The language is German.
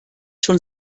schon